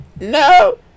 no